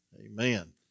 amen